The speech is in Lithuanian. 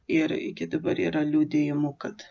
ir iki dabar yra liudijimų kad